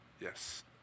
Yes